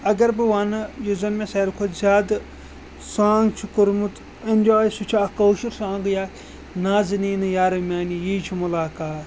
اَگر بہٕ وَنہٕ یُس زَن مےٚ ساروی کھۄتہٕ زیادٕ سانٛگ چھُ کوٚرمُت اٮ۪نجاے سُہ چھُ اَکھ کٲشُر سانٛگٕے یَتھ نازٕنیٖنہٕ یارٕ میٛانہِ یی چھُ مُلاقات